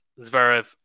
Zverev